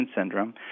syndrome